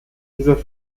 dieser